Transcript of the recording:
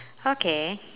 okay